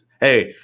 Hey